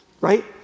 Right